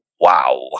wow